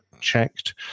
checked